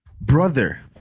Brother